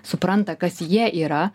supranta kas jie yra